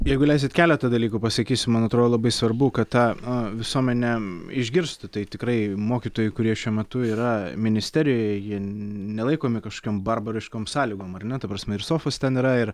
jeigu leisit keletą dalykų pasakysiu man atrodo labai svarbu kad ta visuomenė išgirstų tai tikrai mokytojų kurie šiuo metu yra ministerijoj jie nelaikomi kažkokiom barbariškom sąlygom ar ne ta prasme ir sofos ten yra ir